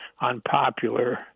unpopular